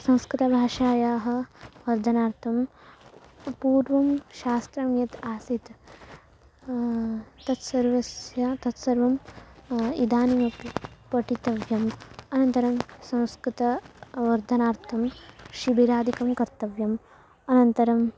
संस्कृतभाषायाः वर्धनार्थं पूर्वं शास्त्रं यत् आसीत् तत्सर्वस्य तत्सर्वं इदानीमपि पठितव्यम् अनन्तरं संस्कृतवर्धनार्थं शिबिरादिकं कर्तव्यम् अनन्तरम्